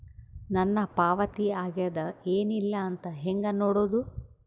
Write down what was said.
ನನ್ನ ಪಾವತಿ ಆಗ್ಯಾದ ಏನ್ ಇಲ್ಲ ಅಂತ ಹೆಂಗ ನೋಡುದು?